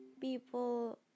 people